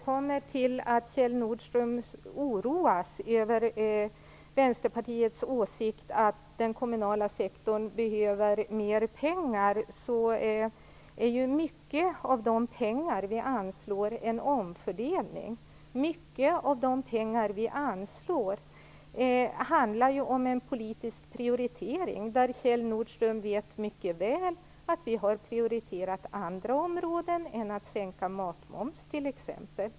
Kjell Nordström oroas över Vänsterpartiets åsikt att den kommunala sektorn behöver mer pengar, men mycket av de pengar vi anslår innebär en omfördelning. Det handlar om en politisk prioritering, och Kjell Nordström vet mycket väl att vi har prioriterat andra områden än att t.ex. sänka matmomsen.